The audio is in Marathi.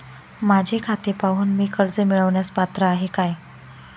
माझे खाते पाहून मी कर्ज मिळवण्यास पात्र आहे काय?